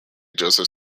joseph